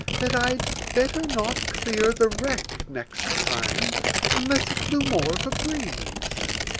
that i'd better not clear the wreck next time unless it blew more of a breeze.